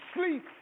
sleep